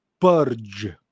purge